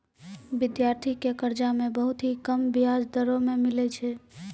विद्यार्थी के कर्जा मे बहुत ही कम बियाज दरों मे मिलै छै